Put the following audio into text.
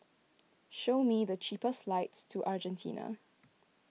show me the cheapest flights to Argentina